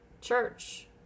church